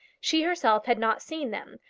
she herself had not seen them,